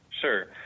Sure